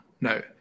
No